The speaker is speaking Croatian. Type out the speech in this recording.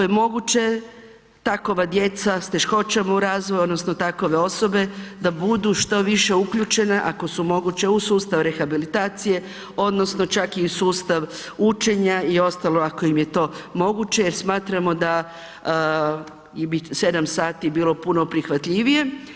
je moguće, takva djeca, sa teškoćama u razvoju, odnosno takve osobe da budu što više uključene ako su moguće u sustav rehabilitacije, odnosno čak i u sustav učenja i ostalo ako im je to moguće jer smatramo da bi 7 sati bilo puno prihvatljivije.